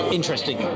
Interesting